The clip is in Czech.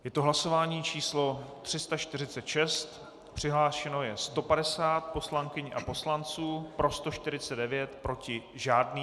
Je to hlasování číslo 346, přihlášeno je 150 poslankyň a poslanců, pro 149, proti žádný.